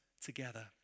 together